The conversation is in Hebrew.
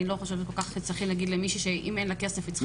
אני לא חושבת שצריך להגיד למישהי שאם אין לה כסף היא צריכה לתרום ביצית.